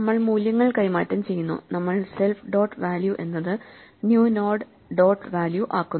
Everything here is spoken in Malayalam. നമ്മൾ മൂല്യങ്ങൾ കൈമാറ്റം ചെയ്യുന്നുനമ്മൾ സെൽഫ് ഡോട്ട് വാല്യൂ എന്നത് ന്യൂ നോഡ് ഡോട്ട് വാല്യൂ ആക്കുന്നു